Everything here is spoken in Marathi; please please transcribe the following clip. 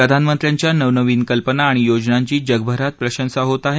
प्रधानमंत्र्यांच्या नवनवीन कल्पना आणि योजनांची जगभरात प्रशंसा होत आहे